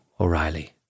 O'Reilly